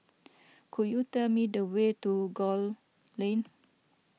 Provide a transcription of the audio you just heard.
could you tell me the way to Gul Lane